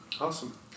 Awesome